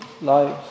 lives